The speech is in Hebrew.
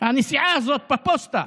הנסיעה הזאת בפוסטה.